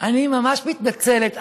אני ממש מתנצלת,